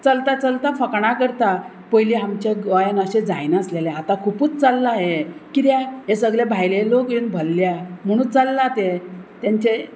चलता चलता फकाणां करता पयलीं आमच्या गोंयान अशें जायनासलेलें आतां खुपूच चललां हें कित्या हे सगळे भायले लोक येवन भल्ल्या म्हणूच चल्ला ते तेंचे